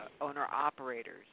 owner-operators